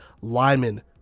Lyman